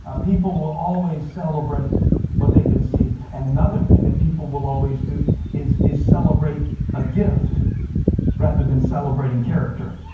ah people will always celebrate what they can see. and another thing people will always do is is celebrate a gift rather than celebrating character.